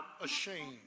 ashamed